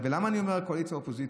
ולמה אני אומר קואליציה אופוזיציה?